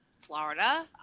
florida